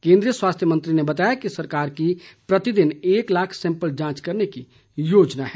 केन्द्रीय स्वास्थ्य मंत्री ने बताया कि सरकार की प्रतिदिन एक लाख सैंपल जांच करने की योजना है